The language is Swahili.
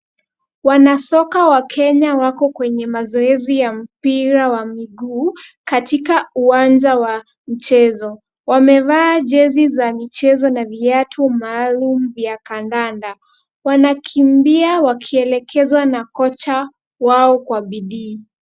Wanasoka wakenya wako kwenye mazoezi ya mpira wa miguu katika uwanja wa mchezo. Wamevaa jezi za michezo na viatu maalum vya kandanda. Wanakimbia wakielekezwa na kocha wao kwa bidii.